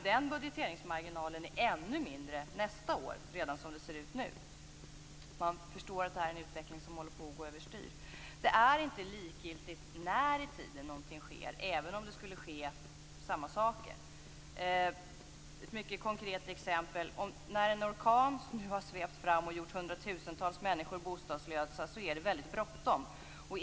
Den budgeteringsmarginalen är ännu mindre nästa år redan som det ser ut nu. Man förstår att det här är en utveckling som håller på att gå över styr. Det är inte likgiltigt när i tiden någonting sker, även om det skulle ske samma saker. Ett mycket konkret exempel. När nu en orkan har svept fram och gjort hundratusentals människor bostadslösa är det väldigt bråttom.